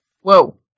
Whoa